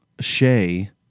Shay